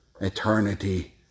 eternity